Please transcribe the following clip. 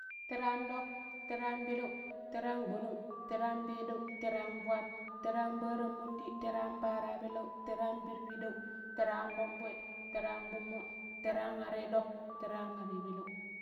Tere an ɗok, tere an peleu, tere angbonong, tere an peɗau, tere anfwat, tere an pattiranmundi, tere anpattirapeleu, tera, an pirpiɗau, tere an ƙonvoi tera gbummo terar are ɗoƙ teran are peleu.